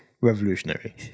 Revolutionary